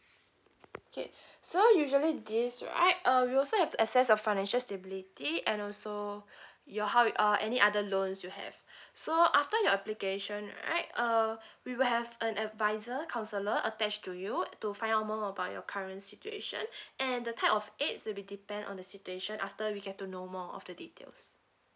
okay so usually this right uh we also have to assess your financial stability and also your house uh any other loans you have so after your application right uh we will have an advisor counsellor attach to you to find out more about your current situation and the type of aids to be depend on the situation after we get to know more of the details